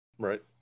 Right